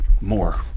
more